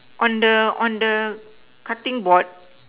on the on the cutting board